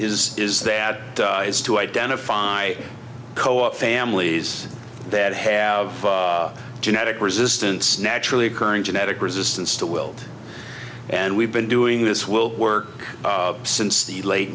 is is that is to identify co op families that have genetic resistance naturally occurring genetic resistance to wilt and we've been doing this will work since the late